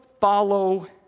follow